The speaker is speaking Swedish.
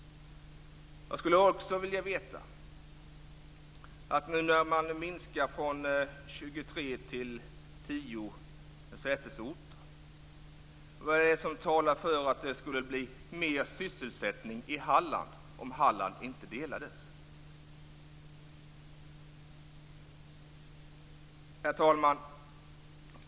Jag skulle också vilja veta - nu när man minskar från 23 till 10 sätesorter - vad det är som talar för att det skulle bli mer sysselsättning i Halland om Halland inte delades. Herr talman!